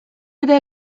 ere